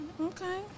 Okay